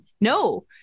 No